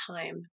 time